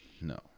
No